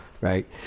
right